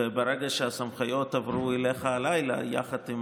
וברגע שהסמכויות יעברו אליך הלילה יחד עם